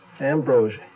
Ambrosia